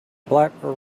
blackbird